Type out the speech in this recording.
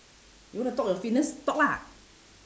you want to talk a fitness talk lah